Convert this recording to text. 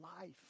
life